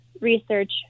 research